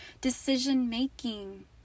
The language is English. decision-making